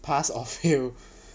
pass or fail